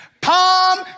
palm